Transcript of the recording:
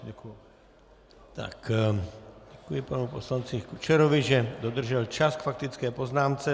Děkuji panu poslanci Kučerovi, že dodržel čas k faktické poznámce.